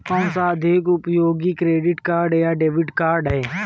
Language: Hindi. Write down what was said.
कौनसा अधिक उपयोगी क्रेडिट कार्ड या डेबिट कार्ड है?